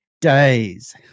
days